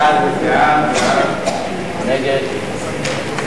סעיפים 17 44, כהצעת הוועדה, נתקבלו.